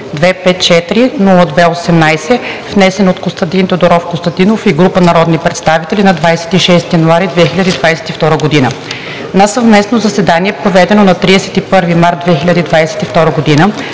47-254-02-18, внесен от Костадин Тодоров Костадинов и група народни представители на 26 януари 2022 г. На съвместно заседание, проведено на 31 март 2022 г.,